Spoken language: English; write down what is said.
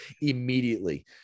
immediately